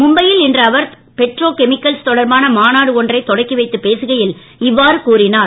மும்பையில் இன்று அவர் பெட்ரோ கெமிக்கல்ஸ் தொடர்பான மாநாடு ஒன்றை தொடக்கி வைத்து பேசுகையில் இவ்வாறு கூறினார்